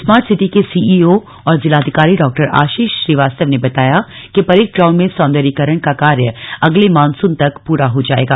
smart city के CEO और जिलाधिकारी डॉ आशीष श्रीवास्तव ने बताया कि परेड ग्राउंड में सौंदरीकरण का कार्य अगले मानसून तक प्रा हो पाएगा